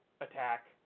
attack